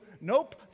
nope